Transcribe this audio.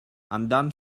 андан